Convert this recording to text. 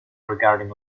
regarding